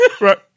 Right